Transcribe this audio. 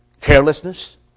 Carelessness